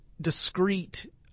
discrete